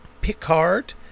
Picard